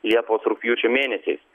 liepos rugpjūčio mėnesiais